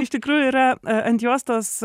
iš tikrųjų yra ant juostos